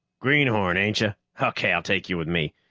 greenhorn, aincha? okay, i'll take you with me.